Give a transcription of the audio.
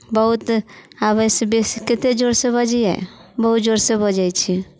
बहुत आब एहिसँ बेसी कतेक जोरसँ बजियै बहुत जोरसँ बजैत छी